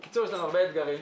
בקיצור, יש לנו הרבה אתגרים.